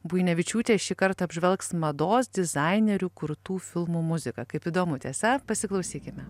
buinevičiūtė šį kartą apžvelgs mados dizainerių kurtų filmų muziką kaip įdomu tiesa pasiklausykime